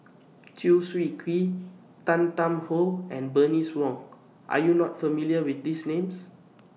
Chew Swee Kee Tan Tarn How and Bernice Wong Are YOU not familiar with These Names